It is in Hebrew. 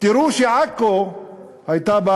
תראו שעכו הייתה,